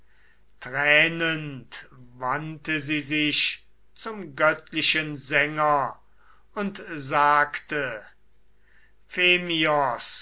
wandte sie sich zum göttlichen sänger und sagte